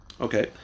Okay